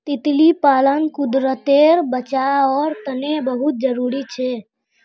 तितली पालन कुदरतेर बचाओर तने बहुत ज़रूरी छे